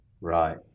Right